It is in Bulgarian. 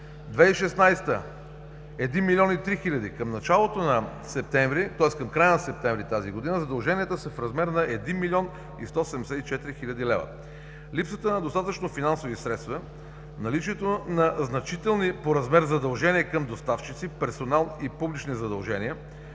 2016 г. – 1 млн. 3 хил. лв. Към края на септември тази година задълженията са в размер на 1 млн. 174 хил. лв. Липсата на достатъчно финансови средства, наличието на значителни по размер задължения към доставчици, персонал и публични задължения,